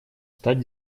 стать